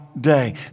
day